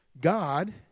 God